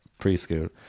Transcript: preschool